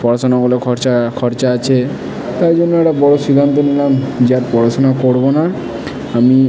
পড়াশোনাগুলো খরচা খরচা আছে ওই জন্য একটা বড়ো সিদ্ধান্ত নিলাম যে আর পড়াশোনা করবো না আমি